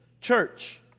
Church